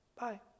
Bye